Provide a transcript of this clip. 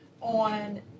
on